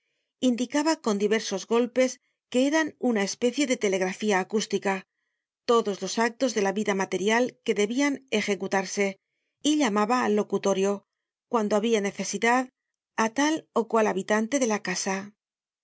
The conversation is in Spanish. indicaba con diversos golpes que eran una especie de telegrafía acústica todos los actos de la vida material que debían ejecutarse y llamaba al locutorio cuando habia necesidad á tal ó cual habitante de la casa